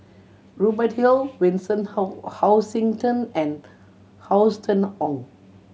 Rubert Hill Vincent Hoisington and Austen Ong